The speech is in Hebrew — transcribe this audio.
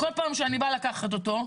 בכל פעם שאני רוצה לקחת אותו,